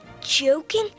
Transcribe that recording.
joking